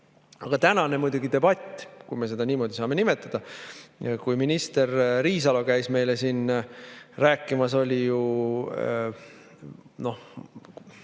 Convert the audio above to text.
tänane debatt, kui me seda niimoodi saame nimetada, kui minister Riisalo käis meile siin rääkimas, oli ju, noh,